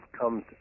comes